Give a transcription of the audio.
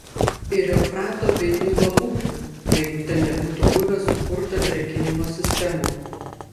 ir eufrato bei nilo upių jeigu ten nebūtų buvę sukurta drėkinimo sistemų